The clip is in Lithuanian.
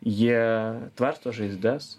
jie tvarsto žaizdas